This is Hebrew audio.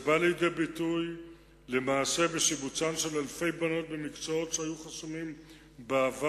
זה בא לידי ביטוי בשיבוצן של אלפי בנות במקצועות שהיו חסומים בעבר,